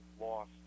lost